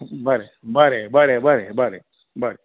बरें बरें बरें बरें